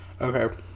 okay